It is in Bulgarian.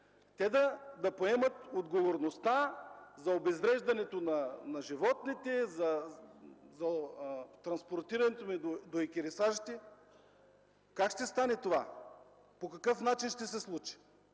те да поемат отговорността за обезвреждането на животните, за транспортирането им до екарисажите. Как ще стане това? По какъв начин ще се случи?